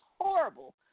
horrible